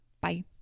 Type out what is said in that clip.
Bye